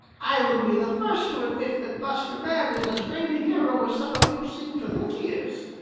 i will be the first to admit that buster bear is as great a hero as some of you seem to think he is.